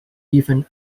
even